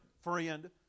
friend